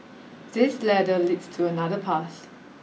this ladder leads to another path